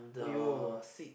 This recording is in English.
!aiyo!